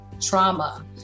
trauma